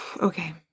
Okay